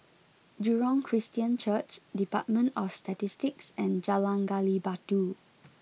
Jurong Christian Church Department of Statistics and Jalan Gali Batu